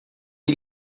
ele